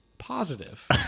positive